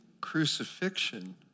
crucifixion